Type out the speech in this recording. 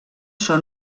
són